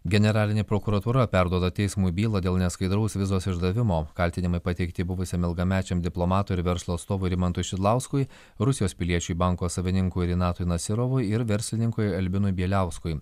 generalinė prokuratūra perduoda teismui bylą dėl neskaidraus vizos išdavimo kaltinimai pateikti buvusiam ilgamečiam diplomatui ir verslo atstovui rimantui šidlauskui rusijos piliečiui banko savininkui rinatui nasyrovui ir verslininkui albinui bieliauskui